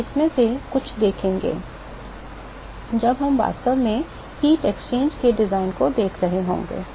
हम इनमें से बहुत कुछ देखेंगे जब हम वास्तव में हीट एक्सचेंजों के डिजाइन को देख रहे होंगे